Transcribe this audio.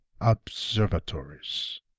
observatories